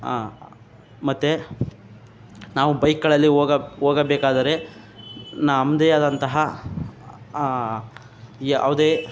ಹಾಂ ಮತ್ತು ನಾವು ಬೈಕ್ಗಳಲ್ಲಿ ಹೋಗಬೇಕಾದರೆ ನಮ್ಮದೇ ಆದಂತಹ ಯಾವುದೇ